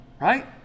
Right